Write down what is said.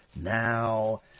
now